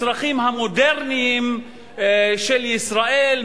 לצרכים המודרניים של ישראל,